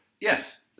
yes